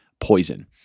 poison